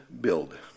build